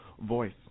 voice